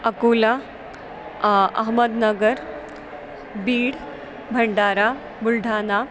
Akola Ahmednagar Beed Bhandara Buldhana